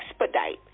expedite